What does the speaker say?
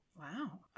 Wow